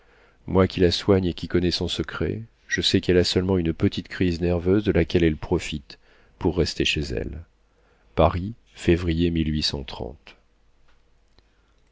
moi qui la soigne et qui connais son secret je sais qu'elle a seulement une petite crise nerveuse de laquelle elle profite pour rester chez elle paris février